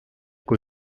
kui